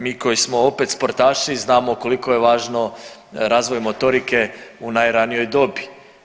Mi koji smo opet sportaši znamo koliko j važno razvoj motorike u najranijoj dobi.